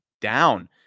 down